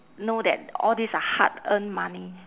know that all these are hard earned money